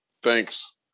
Thanks